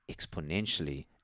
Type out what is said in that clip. exponentially